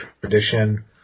tradition